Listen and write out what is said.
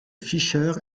fischer